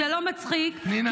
זה לא מצחיק -- פנינה.